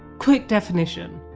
quick definition.